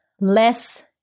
less